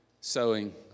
sowing